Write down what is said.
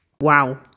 Wow